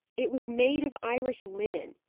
it was made of irish linen,